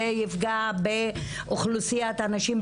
זה יפגע באוכלוסיית הנשים,